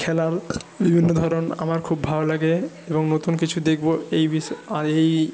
খেলার বিভিন্ন ধরণ আমার খুব ভালো লাগে এবং নতুন কিছু দেখবো এই এই